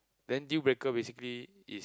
then deal breaker basically is